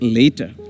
later